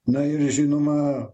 na ir žinoma